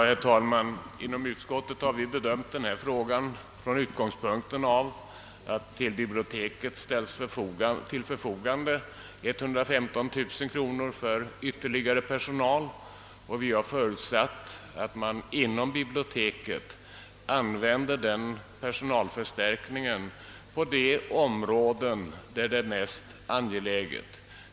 Herr talman! Inom utskottet har vi bedömt denna fråga från utgångspunk-' ten av att till biblioteket ställs till för fogande 115 000 kronor för ytterligare personal. Vi har förutsatt att man inom biblioteket använder medlen på de områden där en personalförstärkning är mest angelägen.